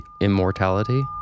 immortality